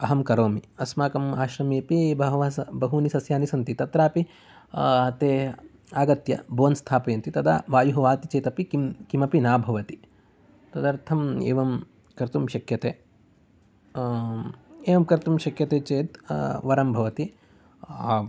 अहं करोमि अस्माकं आश्रमेपि बहवः बहूनि सस्यानि सन्ति तत्रापि ते आगत्य बोर्न् स्थापयन्ति तदा वायुः वाति चेत् अपि किं किमपि न भवति तदर्थं एवं कर्तुं शक्यते एवं कर्तुं शक्यते चेत् वरं भवति